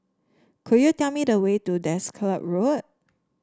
could you tell me the way to Desker Road